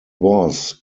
was